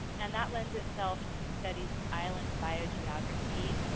and that lends itself to studies of island biogeography.